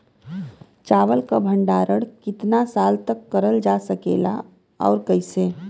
चावल क भण्डारण कितना साल तक करल जा सकेला और कइसे?